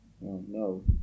No